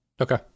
Okay